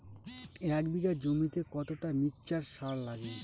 এক বিঘা জমিতে কতটা মিক্সচার সার লাগে?